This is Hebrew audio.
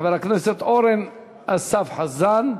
חבר הכנסת אורן אסף חזן,